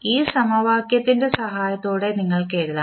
ഈ സമവാക്യത്തിന്റെ സഹായത്തോടെ നിങ്ങൾക്ക് എഴുതാം